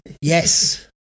Yes